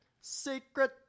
Secret